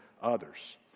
others